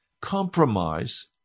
compromise